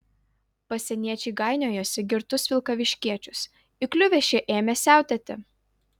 pasieniečiai gainiojosi girtus vilkaviškiečius įkliuvę šie ėmė siautėti